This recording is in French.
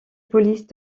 police